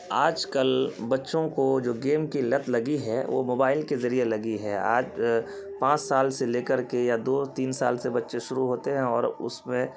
آج کل بچوں کو جو گیم کی لت لگی ہے وہ موبائل کے ذریعے لگی ہے آج پانچ سال سے لے کر کے یا دو تین سال سے بچے شروع ہوتے ہیں اور اس میں